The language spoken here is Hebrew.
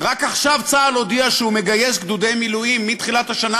רק עכשיו צה"ל הודיע שהוא מגייס גדודי מילואים מתחילת השנה